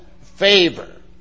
favor